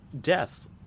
death